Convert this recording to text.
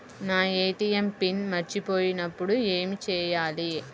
నా ATM PIN మర్చిపోయినప్పుడు ఏమి చేయాలి?